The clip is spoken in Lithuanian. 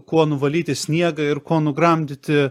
kuo nuvalyti sniegą ir ko nugramdyti